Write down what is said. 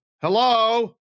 hello